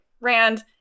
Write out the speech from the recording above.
Rand